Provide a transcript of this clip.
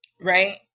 right